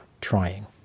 trying